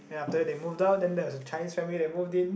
then after that they moved out then there was a Chinese family that moved in